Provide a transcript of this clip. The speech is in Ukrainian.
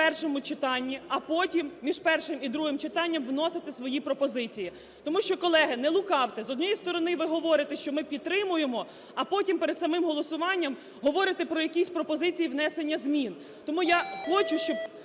між першим і другим читанням вносити свої пропозиції. Тому що, колеги, не лукавте, з однієї сторони ви говорите, що ми підтримуємо, а потім перед самим голосуванням говорите про якісь пропозиції внесення змін. Тому я хочу, щоб